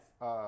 Yes